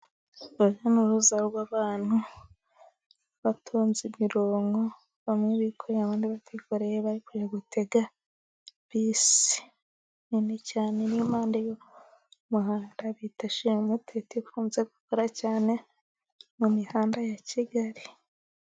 Urujya n'uruza rw'abantu batonze imirongo, bamwe bikoreye, abandi batikoreye, bari kujya gutega bisi nini cyane, iri impande y'umuhanda bita shirumuteto ikunze gukora cyane mu mihanda ya Kigali.